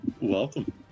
Welcome